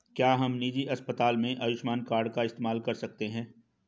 क्या हम निजी अस्पताल में आयुष्मान कार्ड का इस्तेमाल कर सकते हैं?